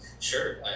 Sure